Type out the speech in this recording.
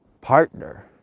partner